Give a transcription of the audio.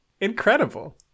Incredible